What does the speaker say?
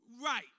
Right